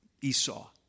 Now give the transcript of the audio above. Esau